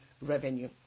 revenue